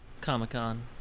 Comic-Con